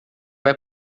vai